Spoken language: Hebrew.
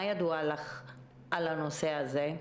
מה ידוע לך על הנושא הזה?